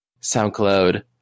SoundCloud